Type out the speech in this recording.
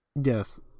Yes